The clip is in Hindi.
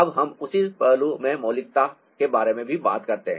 अब हम उसी पहलू में मौलिकता के बारे में भी बात करते हैं